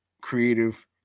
creative